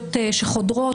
טכנולוגיות שחודרות,